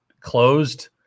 closed